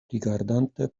rigardante